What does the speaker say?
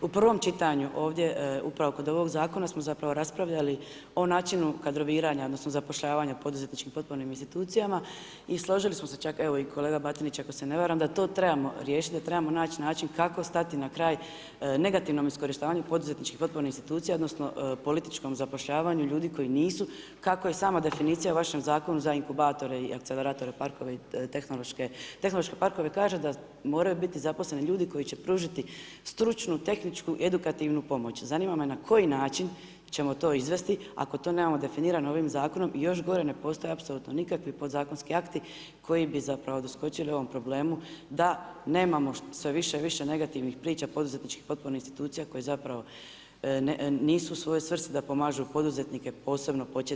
U prvom čitanju ovdje, upravo kod ovog zakona smo zapravo raspravljali o načinu kadroviranja, odnosno zapošljavanja o poduzetničkim potpornim institucijama i složili smo se čak, evo i kolega Batinić ako se ne varam, da to trebamo riješiti, da trebamo naći način kako stati na kraj negativnom iskorištavanju poduzetničkih potpornih institucija, odnosno političkom zapošljavanju ljudi koji nisu, kako je i sama definicija u vašem zakonu, za inkubatore i akceleratore, tehnološke parkove kaže da da moraju biti zaposleni ljudi koji će pružiti stručnu, tehničku, edukativnu pomoć, zanima me na koji način ćemo to izvesti ako to nemamo definirano ovim zakonom, još gore, ne postoje apsolutno nikakvi podzakonski akti koji bi zapravo doskočili ovom problemu da nemamo sve više i više negativnih priča, poduzetničkih potpornih institucija koje zapravo nisu u svojoj svrsi da pomažu poduzetnike, posebno početnike i start up-ove.